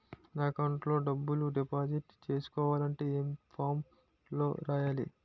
నా అకౌంట్ లో డబ్బులు డిపాజిట్ చేసుకోవాలంటే ఏ ఫామ్ లో రాయాలి?